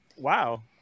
wow